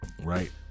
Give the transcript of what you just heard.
right